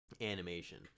animation